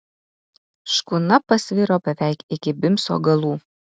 škuna pasviro beveik iki bimso galų